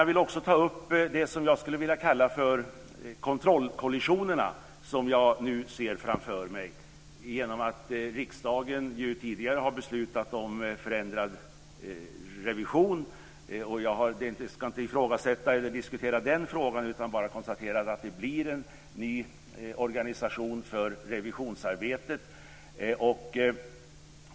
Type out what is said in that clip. Jag vill också ta upp det som jag skulle vilja kalla för kontrollkollisioner, som jag nu ser framför mig genom att riksdagen tidigare har beslutat om förändrad revision. Jag ska inte ifrågasätta eller diskutera den frågan, utan bara konstatera att det blir en ny organisation för revisionsarbetet.